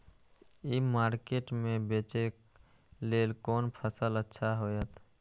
ई market में बेचेक लेल कोन फसल अच्छा होयत?